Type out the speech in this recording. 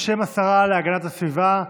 בשם השרה להגנת הסביבה,